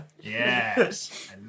Yes